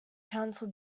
council